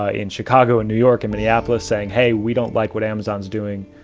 ah in chicago, in new york and minneapolis saying, hey, we don't like what amazon's doing